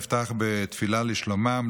נפתח בתפילה לשלומם,